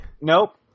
Nope